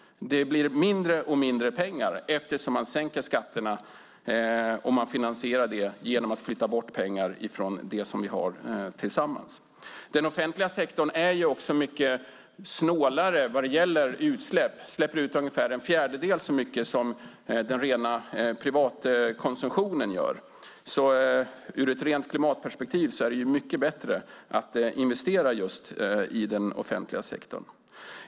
Det blir mindre och mindre pengar eftersom man sänker skatterna och finansierar det genom att flytta bort pengar från det vi har tillsammans. Den offentliga sektorn är mycket snålare med utsläpp. Där släpps ut ungefär en fjärdedel av utsläppen från ren privatkonsumtion, så rent klimatmässigt är det mycket bättre att investera i just den offentliga sektorn.